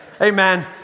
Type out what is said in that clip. Amen